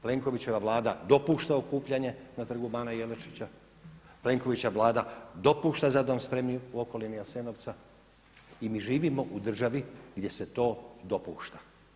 Plenkovićeva Vlada dopušta okupljanje na Trgu bana Jelačića, Plenkovićeva Vlada dopušta „Za dom spremi“ u okolini Jasenovca i mi živimo u državi gdje se to dopušta.